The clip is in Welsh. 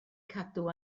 cadw